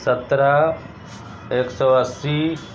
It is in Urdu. سترہ ایک سو اسی